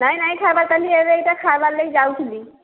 ନାଇଁ ନାଇଁ ଖାଇବା ଏବେ ଏଇଟା ଖାଇବାର ଲାଗି ଯାଉଥିଲି